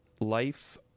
life